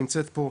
שנמצאת פה,